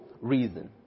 reason